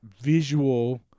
visual